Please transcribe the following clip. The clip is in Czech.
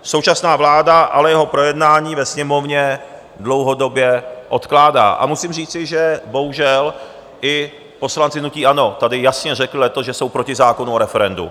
Současná vláda ale jeho projednání ve Sněmovně dlouhodobě odkládá a musím říci, že bohužel i poslanci hnutí ANO tady jasně řekli letos, že jsou proti zákonu o referendu.